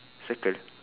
circle